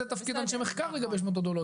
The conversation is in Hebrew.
זה כבר תפקיד של אנשי המחקר לגבש את המתודולוגיה,